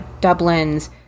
Dublin's